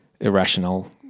irrational